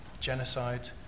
genocide